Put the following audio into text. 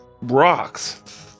rocks